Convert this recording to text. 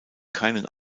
keinen